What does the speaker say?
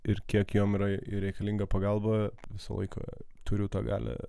ir kiek jom yra reikalinga pagalba visą laiką turiu tą galią